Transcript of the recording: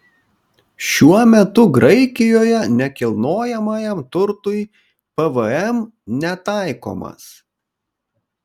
šiuo metu graikijoje nekilnojamajam turtui pvm netaikomas